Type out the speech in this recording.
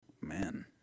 man